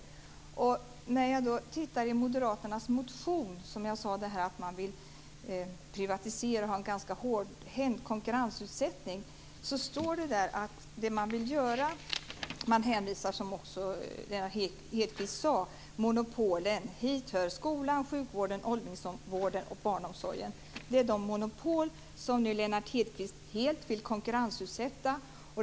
Som jag sade vill moderaterna privatisera och ha en ganska hårdhänt konkurrensutsättning. När jag tittar i moderaternas motion ser jag att man hänvisar, vilket också Lennart Hedquist gjorde, till monopolen. Hit hör skolan, sjukvården, åldringsvården och barnomsorgen. Det är de monopol som Lennart Hedquist helt vill konkurrensutsätta.